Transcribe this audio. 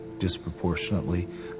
disproportionately